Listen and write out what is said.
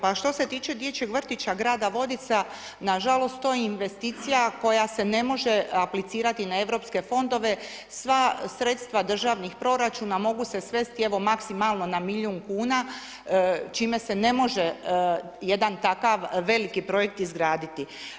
Pa što se tiče dječjeg vrtića grada Vodica, nažalost to je investicija koja se ne može aplicirati na europske fondove, sva sredstva državnih proračuna mogu se svesti evo maksimalno na milijun kuna čime se ne može jedan takav veliki projekt izgraditi.